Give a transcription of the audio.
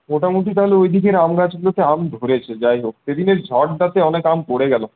মোটামুটি তাহলে ওইদিকের আম গাছগুলোতে আম ধরেছে যাই হোক সেদিনের ঝড়টাতে অনেক আম পড়ে গেল